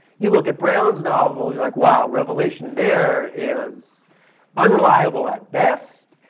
you look at brown's novel, you're like wow, revelation there is unreliable at best.